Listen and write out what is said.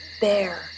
bear